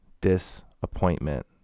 Disappointment